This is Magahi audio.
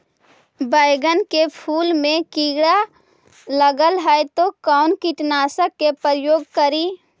बैगन के फुल मे कीड़ा लगल है तो कौन कीटनाशक के प्रयोग करि?